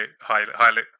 highly